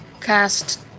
cast